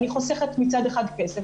אני חוסכת מצד אחד כסף,